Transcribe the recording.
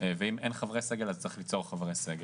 ואם אין חברי סגל אז צריך ליצור חברי סגל.